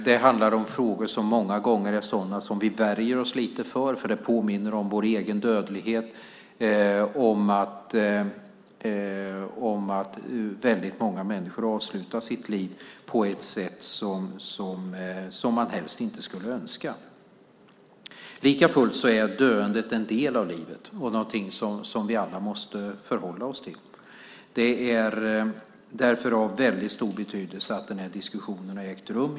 Det handlar om frågor som många gånger är sådana som vi värjer oss lite för eftersom de påminner oss om vår egen dödlighet och om att väldigt många människor avslutar sitt liv på ett sätt som man helst inte skulle önska. Likafullt är döendet en del av livet och någonting som vi alla måste förhålla oss till. Det är därför av väldigt stor betydelse att denna diskussion har ägt rum.